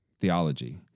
theology